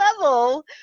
level